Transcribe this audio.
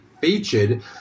featured